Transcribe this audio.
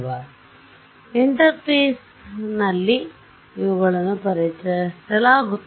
ಆದ್ದರಿಂದ ಇಂಟರ್ಫೇಸ್ ಸರಿ ನಲ್ಲಿ ಇವುಗಳನ್ನು ಪರಿಚಯಿಸಲಾಗುತ್ತದೆ